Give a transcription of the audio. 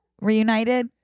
reunited